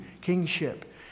kingship